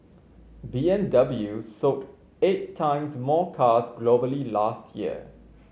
B M W sold eight times more cars globally last year